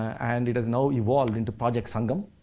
and it has now evolved into project sangam,